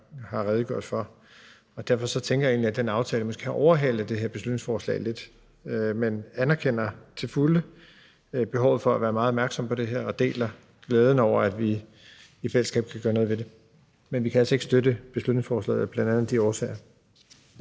har redegjort for. Derfor tænker jeg egentlig, at den aftale måske har overhalet det her beslutningsforslag lidt; men jeg anerkender til fulde behovet for at være meget opmærksom på det her og deler glæden over, at vi i fællesskab kan gøre noget ved det. Men vi kan altså ikke støtte beslutningsforslaget af bl.a. de årsager.